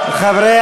האוצר.